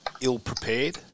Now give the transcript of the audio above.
ill-prepared